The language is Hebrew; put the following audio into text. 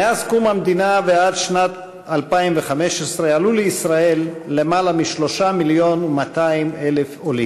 מאז קום המדינה ועד שנת 2015 עלו לישראל למעלה מ-3.2 מיליון עולים,